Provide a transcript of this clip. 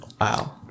wow